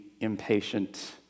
impatient